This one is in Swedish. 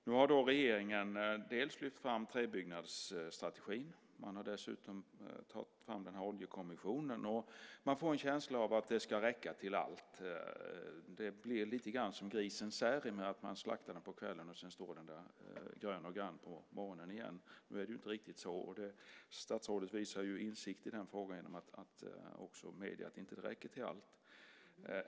Nu har regeringen lyft fram träbyggnadsstrategin. Man har dessutom tagit fram den här oljekommissionen. Man får en känsla av att det ska räcka till allt. Det blir lite grann som grisen Särimner, den slaktas på kvällen och står där sedan grön och grann på morgonen igen. Nu är det inte riktigt så. Statsrådet visar insikt i frågan genom att medge att det inte räcker till allt.